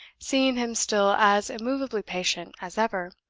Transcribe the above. seeing him still as immovably patient as ever,